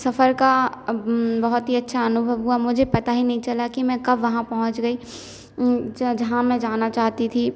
सफ़र का बहुत ही अच्छा अनुभव हुआ मुझे पता ही नहीं चला कि मैं कब वहाँ पहुँच गई ज जहाँ मैं जाना चाहती थी